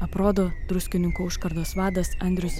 aprodo druskininkų užkardos vadas andrius